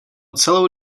celou